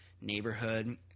neighborhood